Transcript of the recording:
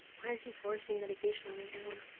why is he forcing medication on everyone?